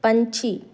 ਪੰਛੀ